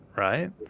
Right